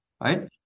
Right